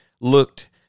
looked